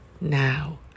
now